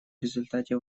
результате